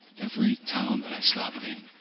every town that i stop in.